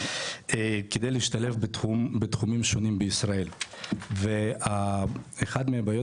כדי להשתלב בתחומים שונים בישראל ואחד מהבעיות